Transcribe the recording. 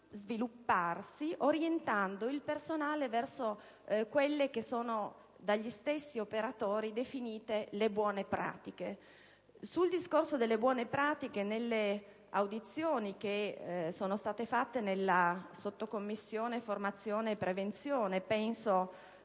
svilupparsi anche orientando il personale verso quelle che dagli stessi operatori sono definite le buone pratiche. Sul discorso delle buone pratiche, nelle audizioni che sono state svolte nel gruppo di lavoro formazione e prevenzione (penso